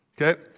Okay